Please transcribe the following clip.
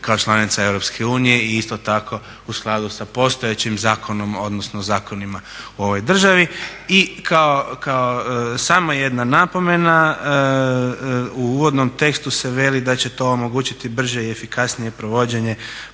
kao članica Europske unije i isto tako u skladu sa postojećim zakonom, odnosno zakonima u ovoj državi. I samo jedna napomena, u uvodnom tekstu se veli da će to omogućiti brže i efikasnije provođenje